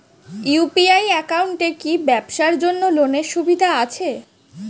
UPI একাউন্টে কি ব্যবসার জন্য লোনের সুবিধা আছে?